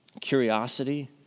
curiosity